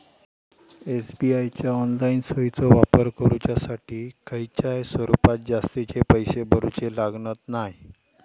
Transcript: SBI च्या online सोयीचो वापर करुच्यासाठी खयच्याय स्वरूपात जास्तीचे पैशे भरूचे लागणत नाय